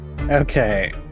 Okay